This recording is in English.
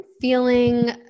feeling